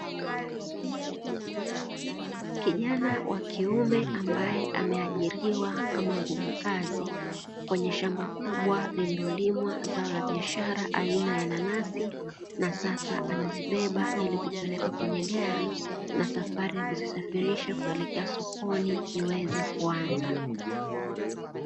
Kijana wa kiume ambaye ameajiriwa kama nguvu kazi kwenye shamba kubwa lililolimwa zao la biashara aina ya nanasi, na sasa anazibeba ili kupeleka kwenye gari na safari ya kuzisafirisha kuelekea sokoni iweze kuanza.